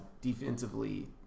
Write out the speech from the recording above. defensively